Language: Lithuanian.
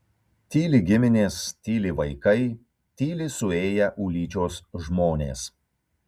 tyli giminės tyli vaikai tyli suėję ulyčios žmonės